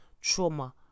trauma